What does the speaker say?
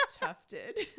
tufted